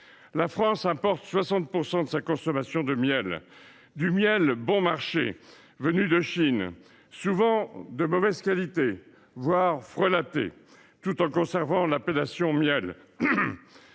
La France importe 60 % de sa consommation de miel : du miel bon marché, venu de Chine, souvent de mauvaise qualité, voire frelaté, tout en conservant l’appellation « miel